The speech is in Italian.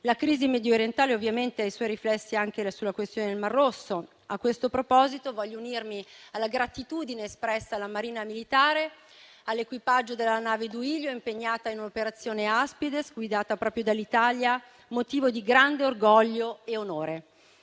La crisi mediorientale, ovviamente, ha i suoi riflessi anche sulla questione del mar Rosso. A questo proposito, voglio unirmi alla gratitudine espressa alla Marina militare, all'equipaggio della nave Caio Duilio, impegnata nell'operazione Aspides guidata proprio dall'Italia, motivo di grande orgoglio e onore.